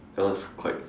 that one was quite